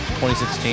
2016